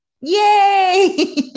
Yay